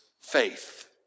faith